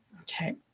okay